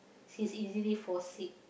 she's easily fall sick